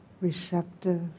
receptive